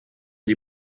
die